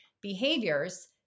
behaviors